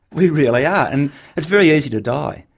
we really are. and it's very easy to die,